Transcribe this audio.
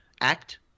act